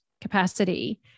capacity